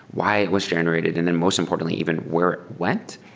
why it was generated? and then most importantly, even where it went.